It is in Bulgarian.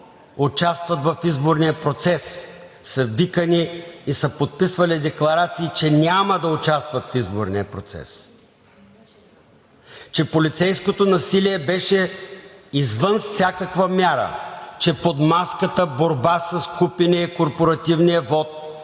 участват в изборния процес, са викани и са подписвали декларации, че няма да участват в изборния процес, че полицейското насилие беше извън всякаква мяра, че под маската борба с купения корпоративен вот